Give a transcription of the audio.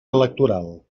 electoral